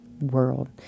world